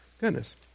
Goodness